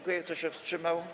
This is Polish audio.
Kto się wstrzymał?